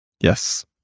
yes